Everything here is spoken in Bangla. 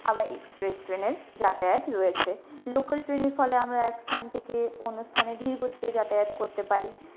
আবার এক্সপ্রেস ট্রেনের যাতায়াত রয়েছে লোকাল ট্রেনের ফলে আমরা এক স্থান থেকে অন্য স্থানে ধীর গতিতে যাতায়াত করতে পারি